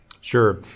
Sure